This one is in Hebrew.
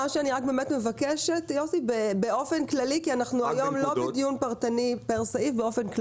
ואני מבקשת באופן כללי כי היום אנחנו לא בדיון פרטני פר סעיף.